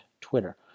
Twitter